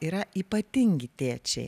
yra ypatingi tėčiai